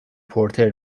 پورتر